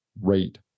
rate